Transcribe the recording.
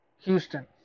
Houston